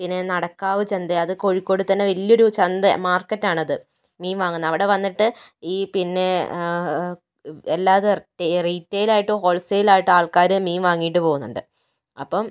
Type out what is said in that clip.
പിന്നെ നടക്കാവ് ചന്തയാണ് അത് കോഴിക്കോടിൽത്തന്നെ വലിയൊരു ചന്തയാണ് മാർക്കറ്റാണത് മീൻ വാങ്ങുന്നത് അവിടെ വന്നിട്ട് ഈ പിന്നെ എല്ലാ റീറ്റെയിലായിട്ടും ഹോൾസെയിലായിട്ടും ആൾക്കാർ മീൻ വാങ്ങിയിട്ട് പോവുന്നുണ്ട് അപ്പം